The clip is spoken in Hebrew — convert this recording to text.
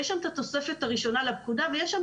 יש שם את התוספת הראשונה לפקודה ויש שם